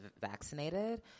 Vaccinated